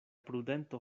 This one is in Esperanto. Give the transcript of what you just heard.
prudento